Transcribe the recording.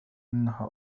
إنها